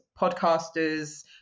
podcasters